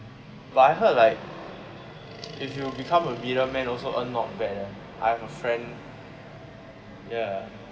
but I heard like if you become a bidder man also earn not bad leh I have a friend ya ya